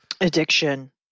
Addiction